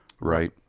Right